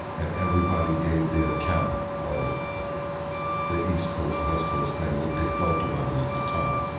and everybody gave the account of the east coast, west coast thing what they felt about it at the time.